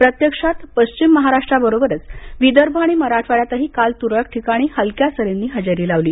प्रत्यक्षात पश्चिम महाराष्ट्राबरोबरच विदर्भ आणि मराठवाड्यातही काल त्रळक ठिकाणी हलक्या सरींनी हजेरी लावली